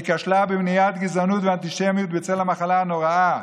היא כשלה במניעת גזענות ואנטישמיות בצל המחלה הנוראה.